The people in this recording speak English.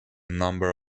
number